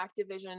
Activision